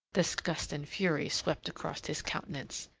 disgust and fury swept across his countenance.